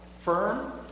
Firm